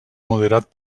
moderat